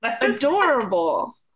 Adorable